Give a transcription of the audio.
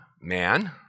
man